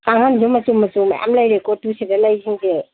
ꯀꯥꯡꯈꯜꯗꯤ ꯃꯆꯨ ꯃꯆꯨ ꯃꯌꯥꯝ ꯂꯩꯔꯦꯀꯣ ꯇꯨ ꯁꯤꯗ ꯂꯩꯔꯤꯁꯤꯡꯁꯦ